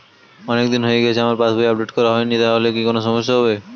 অনেকদিন হয়ে গেছে আমার পাস বই আপডেট করা হয়নি তাহলে কি কোন সমস্যা হবে?